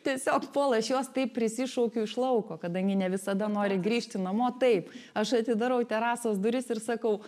tiesiog puola aš juos taip prisišaukiu iš lauko kadangi ne visada nori grįžti namo taip aš atidarau terasos duris ir sakau